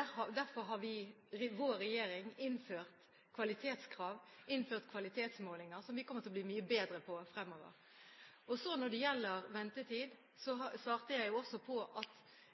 Derfor har vår regjering innført kvalitetskrav. Vi har innført kvalitetsmålinger, som vi kommer til å bli mye bedre på fremover. Når det gjelder ventetid,